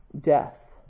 death